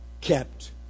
kept